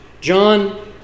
John